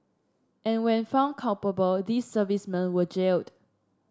and when found culpable these servicemen were jailed